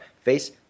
Face